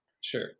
Sure